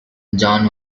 john